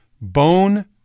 bone